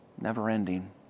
Never-ending